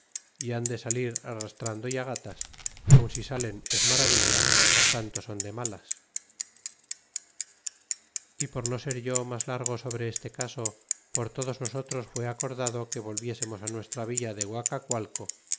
y han de salir arrastrando y gatas y aun si salen es maravilla tanto son de malas e por no ser yo mas largo sobre este caso por todos nosotros fué acordado que volviésemos nuestra villa de